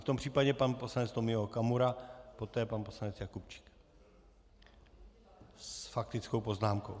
V tom případě pan poslanec Tomio Okamura, poté pan poslanec Jakubčík s faktickou poznámkou.